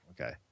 okay